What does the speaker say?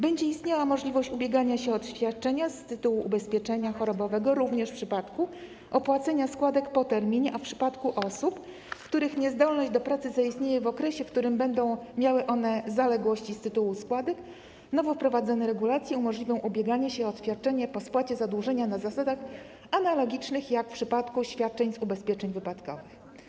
Będzie istniała możliwość ubiegania się o świadczenie z tytułu ubezpieczenia chorobowego również w przypadku opłacenia składek po terminie, a w przypadku osób, których niezdolność do pracy zaistnieje w okresie, w którym będą miały one zaległości z tytułu składek, nowo wprowadzone regulacje umożliwią ubieganie się o świadczenie po spłacie zadłużenia na zasadach analogicznych jak w przypadku świadczeń z ubezpieczeń wypadkowych.